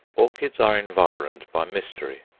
orchids are environed by mystery,